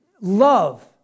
love